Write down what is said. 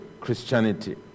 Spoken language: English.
Christianity